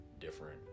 different